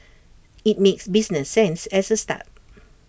IT makes business sense as A start